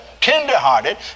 tenderhearted